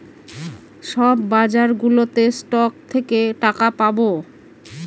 সব বাজারগুলোতে স্টক থেকে টাকা পাবো